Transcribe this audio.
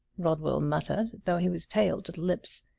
rodwell muttered, though he was pale to the lips.